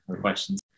questions